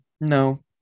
No